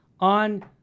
on